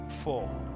four